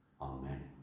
Amen